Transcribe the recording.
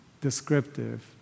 descriptive